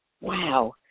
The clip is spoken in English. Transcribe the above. Wow